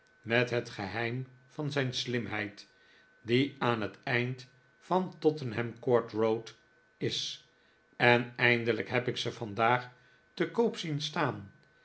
met het geheim van zijn slimheid die aan het eind van tottenham court road is en eindelijk heb ik ze vandaag te koop zien staan